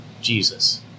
Jesus